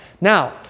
Now